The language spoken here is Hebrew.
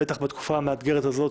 בטח בתקופה המאתגרת הזאת,